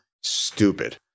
stupid